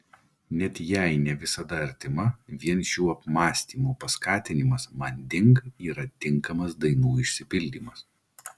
net jei ne visada artima vien šių apmąstymų paskatinimas manding yra tinkamas dainų išsipildymas